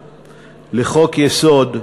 לחוק-יסוד: